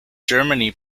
germany